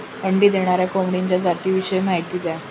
अंडी देणाऱ्या कोंबडीच्या जातिविषयी माहिती द्या